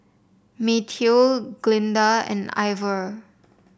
Mateo Glinda and Ivor